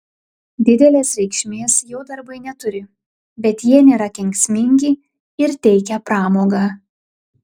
didelės reikšmės jo darbai neturi bet jie nėra kenksmingi ir teikia pramogą